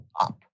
up